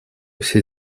все